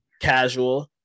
casual